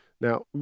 Now